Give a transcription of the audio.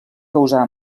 causar